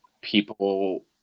people